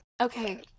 okay